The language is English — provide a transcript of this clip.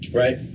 right